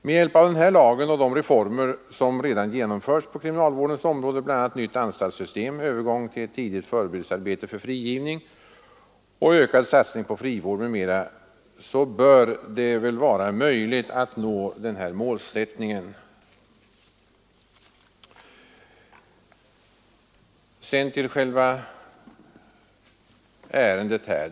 Med hjälp av den här lagen och de reformer som redan genomförts på kriminalvårdens område — bl.a. nytt anstaltssystem, övergång till ett tidigt förberedelsearbete för frigivning och ökad satsning på frivård m.m. — bör det vara möjligt att nå den här målsättningen. Sedan till själva ärendet.